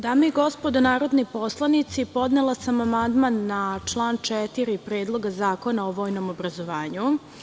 Dame i gospodo narodni poslanici, podnela sam amandman na član 4. Predloga zakona o vojnom obrazovanju.